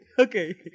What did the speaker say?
Okay